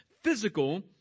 physical